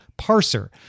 parser